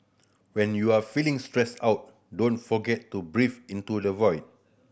when you are feeling stressed out don't forget to breathe into the void